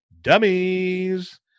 dummies